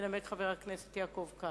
התשס"ח 2008. ינמק חבר הכנסת יעקב כץ.